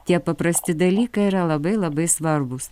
tie paprasti dalykai yra labai labai svarbūs